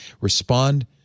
Respond